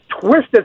twisted